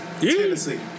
Tennessee